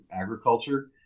agriculture